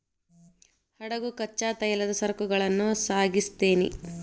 ಹಡಗು ಕಚ್ಚಾ ತೈಲದ ಸರಕುಗಳನ್ನ ಸಾಗಿಸ್ತೆತಿ